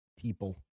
people